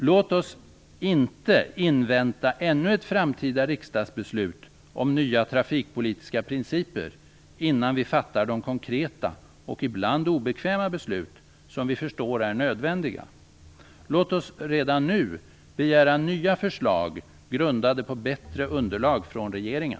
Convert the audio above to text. Låt oss inte invänta ännu ett framtida riksdagsbeslut om nya trafikpolitiska principer för att först därefter fatta de konkreta och ibland obekväma beslut som vi förstår är nödvändiga, utan låt oss redan nu begära nya förslag grundade på bättre underlag från regeringen.